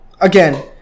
Again